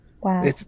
Wow